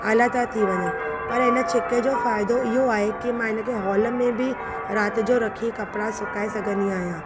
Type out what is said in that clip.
आला था थी वञनि पर इन छिके जो फ़ाइदो इहो आहे कि मां इन खे हॉल में बि राति जो रखी कपड़ा सुकाए सघन्दी आहियां